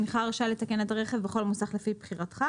הנך רשאי לתקן את הרכב בכל מוסך לפי בחירתך.